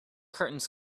curtains